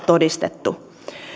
todistettu